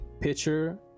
pitcher